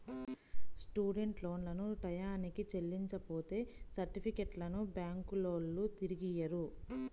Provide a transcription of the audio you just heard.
student లోన్లను టైయ్యానికి చెల్లించపోతే సర్టిఫికెట్లను బ్యాంకులోల్లు తిరిగియ్యరు